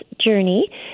journey